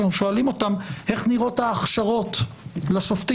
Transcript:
כשאנחנו שואלים אותם איך נראות ההכשרות לשופטים.